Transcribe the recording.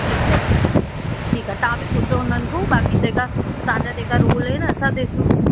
ठीकु आहे ठीकु आहे ठीकु आहे तव्हां बि पुछियो उन्हनि खां बाक़ी जेका तव्हांजा जेका रुल आहिनि असां ॾिसूं